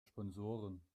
sponsoren